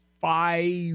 Five